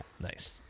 nice